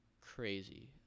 crazy